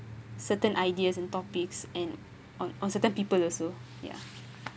certain ideas and topics and on on certain people also ya